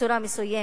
בצורה מסוימת,